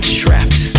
trapped